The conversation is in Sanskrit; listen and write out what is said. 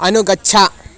अनुगच्छ